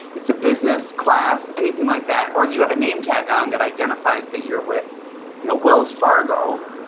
it's a business class, anything like that or you have a name tag on that identifies that you're with you know wells fargo,